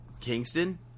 Kingston